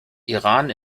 iran